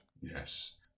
Yes